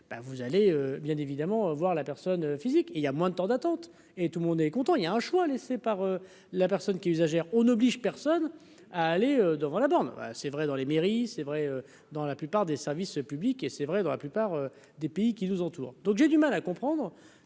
vous allez bien évidemment voir la affaire. Son physique et il y a moins de temps d'attente et tout le monde est content, il y a un choix essai par la personne qui usagère on n'oblige personne à aller devant la borne. C'est vrai dans les mairies, c'est vrai dans la plupart des services publics et c'est vrai dans la plupart des pays qui nous entourent. Donc j'ai du mal à comprendre.